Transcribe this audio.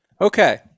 okay